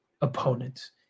opponents